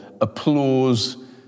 applause